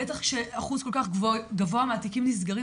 בטח כשאחוז כל כך גבוה מהתיקים נסגרים,